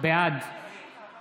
בעד